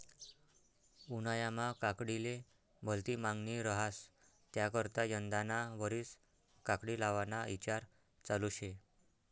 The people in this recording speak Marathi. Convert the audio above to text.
उन्हायामा काकडीले भलती मांगनी रहास त्याकरता यंदाना वरीस काकडी लावाना ईचार चालू शे